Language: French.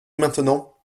maintenant